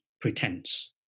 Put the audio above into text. pretense